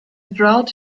drought